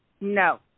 No